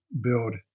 build